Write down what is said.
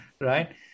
right